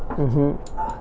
mmhmm